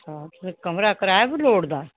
अच्छा कमरा कराए उप्पर लोड़दा